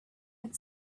had